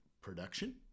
production